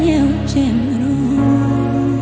you know